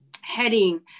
heading